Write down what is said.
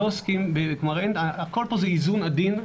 כלומר, הכול פה זה איזון עדין.